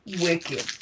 Wicked